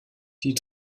die